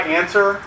answer